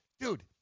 Dude